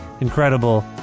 incredible